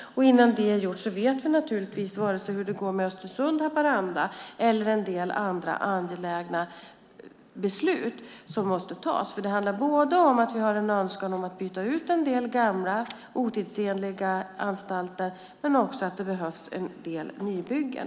Innan det är gjort vet vi naturligtvis inte hur det går med vare sig Östersund, Haparanda eller en del andra angelägna beslut som måste fattas. Det handlar både om att vi har en önskan om att byta ut en del gamla otidsenliga anstalter och om att det behövs en del nybyggen.